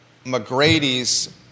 McGrady's